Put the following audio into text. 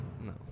No